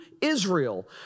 Israel